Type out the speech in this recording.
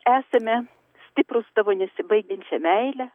esame stiprūs tavo nesibaigiančia meile